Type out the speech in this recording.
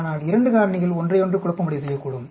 ஆனால் 2 காரணிகள் ஒன்றையொன்று குழப்பமடைய செய்யக்கூடும்